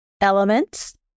elements